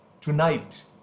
tonight